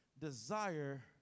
desire